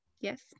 yes